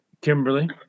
Kimberly